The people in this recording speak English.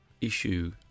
issue